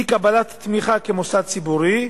אי-קבלת תמיכה כ"מוסד ציבורי",